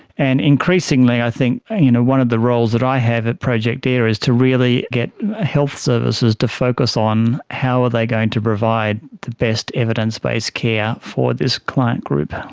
and increasingly i think you know one of the roles that i have at project air is to really get health services to focus on how are they going to provide the best evidence-based care for this client group.